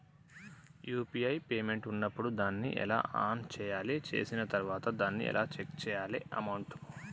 UPI payment ఉన్నప్పుడు దాన్ని ఎలా ఆన్ చేయాలి? చేసిన తర్వాత దాన్ని ఎలా చెక్ చేయాలి అమౌంట్?